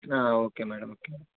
okay madam